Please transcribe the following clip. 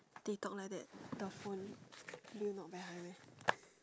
they talk like that the phone do you not very high meh